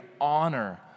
honor